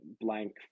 Blank